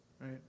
right